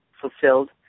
fulfilled